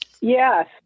Yes